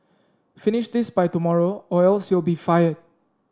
finish this by tomorrow or else you'll be fired